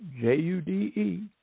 J-U-D-E